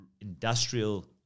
industrial